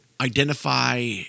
identify